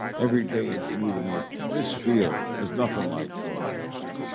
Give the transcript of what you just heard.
every day is new to me. in this field, there's nothing like broadcasting.